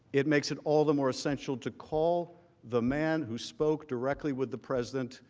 it makes it all the more essential to call the man who spoke directly with the president.